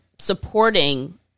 Supporting